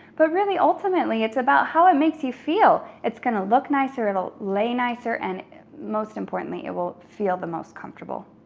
but really ultimately it's about how it makes you feel. it's gonna look nicer, it'll lay nicer, and most importantly, it will feel the most comfortable.